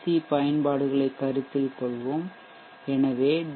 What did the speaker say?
C பயன்பாடுகளைக் கருத்தில் கொள்வோம் எனவே டி